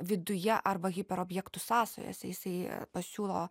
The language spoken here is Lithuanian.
viduje arba hiperobjektų sąsajose jisai pasiūlo